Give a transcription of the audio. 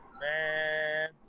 Man